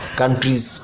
countries